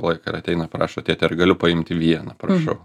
laiką ir ateina prašo tėti ar galiu paimti vieną prašau